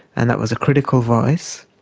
and that was a critical voice.